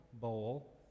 bowl